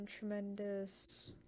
tremendous